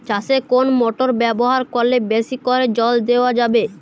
চাষে কোন মোটর ব্যবহার করলে বেশী করে জল দেওয়া যাবে?